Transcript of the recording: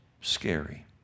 scary